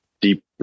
deep